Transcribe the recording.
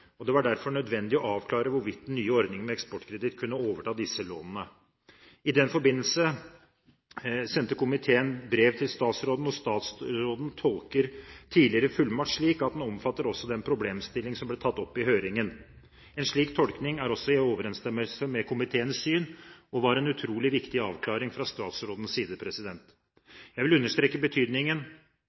Det var derfor nødvendig å avklare hvorvidt den nye ordningen med Eksportkreditt Norge kunne overta disse lånene. I den forbindelse sendte komiteen brev til statsråden, og statsråden tolker tidligere fullmakt slik at den også omfatter den problemstillingen som ble tatt opp i høringen. En slik tolkning er også i overensstemmelse med komiteens syn, og var en utrolig viktig avklaring fra statsrådens side. Jeg vil understreke betydningen